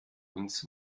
uns